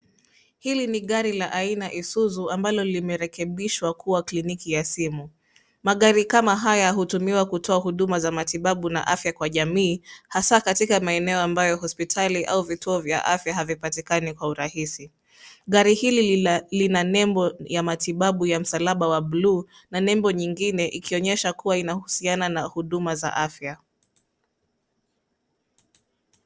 Hili ni gari la aina Isuzu ambalo limerekebishwa kuwa kliniki ya simu. Magari kama haya hutumiwa kutoa huduma za matibabu na afya kwa jamii; hasa katika maeneo ya jamii ambapo hospitali au vituo vya afya hazipatikani kwa urahisi. Gari hili lina nembo ya matibabu ya msalaba wa buluu na nembo nyingine ikionyesha kuwa inahusiana na huduma za afya.